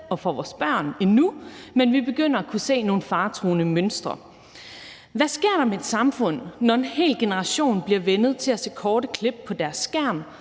og for vores børn endnu, men vi begynder at kunne se nogle faretruende mønstre. Hvad sker der med et samfund, når en hel generation bliver vænnet til at se korte klip på deres skærm